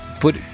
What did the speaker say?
put